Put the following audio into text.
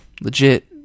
legit